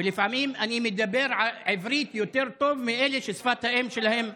ולפעמים אני מדבר עברית יותר טוב מאלה שהיא שפת האם שלהם,